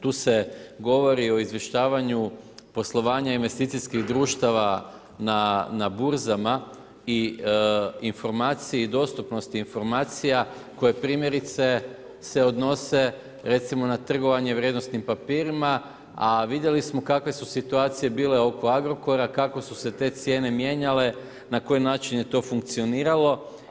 Tu se govori o izvještavanju poslovanja investicijskih društava na burzama i informaciji i dostupnosti informacija koje primjerice se odnose recimo na trgovanje vrijednosnim papirima, a vidjeli smo kakve su situacije bile oko Agrokora, kako su se te cijene mijenjale, na koji način je to funkcioniralo.